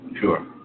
Sure